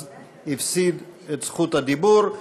אז הפסיד את זכות הדיבור.